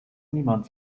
niemand